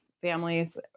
families